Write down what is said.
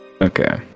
Okay